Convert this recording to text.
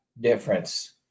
difference